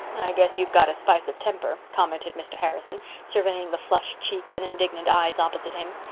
guess you've got a spice of temper, commented mr. harrison, surveying the flushed cheeks and indignant eyes opposite him.